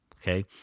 Okay